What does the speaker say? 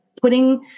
putting